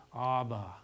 Abba